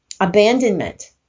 abandonment